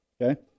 Okay